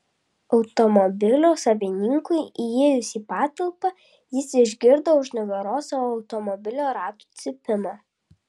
automobilio savininkui įėjus į patalpą jis išgirdo už nugaros savo automobilio ratų cypimą